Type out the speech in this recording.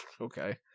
Okay